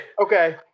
okay